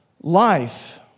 life